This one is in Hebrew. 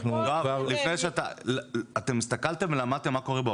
רם, אתם הסתכלתם ולמדתם מה קורה בעולם?